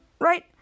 right